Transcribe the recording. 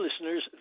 listeners